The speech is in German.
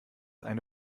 eine